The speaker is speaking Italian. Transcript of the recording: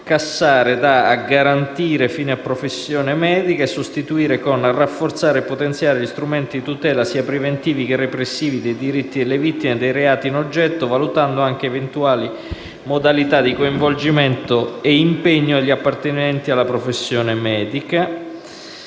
parole da «a garantire» fino a «professione medica», sostituendole con il seguente paragrafo: «a rafforzare e potenziare gli strumenti di tutela sia preventivi che repressivi dei diritti delle vittime dei reati in oggetto, valutando anche eventuali modalità di coinvolgimento e impegno degli appartenenti alla professione medica».